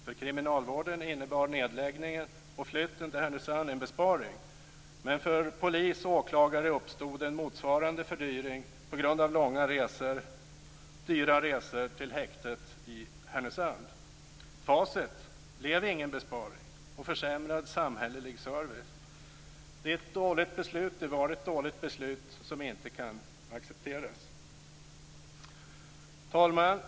För kriminalvården innebar nedläggningen och flytten till Härnösand en besparing. Men för polis och åklagare uppstod en motsvarande fördyring på grund av långa och dyra resor till häktet i Härnösand. Facit blev ingen besparing och försämrad samhällelig service. Det var ett dåligt beslut som inte kan accepteras. Herr talman!